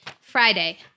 Friday